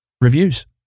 reviews